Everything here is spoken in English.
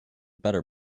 better